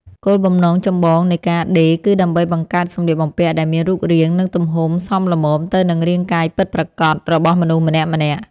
គោលបំណងចម្បងនៃការដេរគឺដើម្បីបង្កើតសម្លៀកបំពាក់ដែលមានរូបរាង និងទំហំសមល្មមទៅនឹងរាងកាយពិតប្រាកដរបស់មនុស្សម្នាក់ៗ។